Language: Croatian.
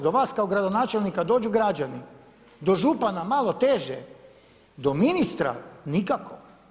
Do vas kao gradonačelnika dođu građani, do župana malo teže, do ministra nikako.